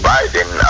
Biden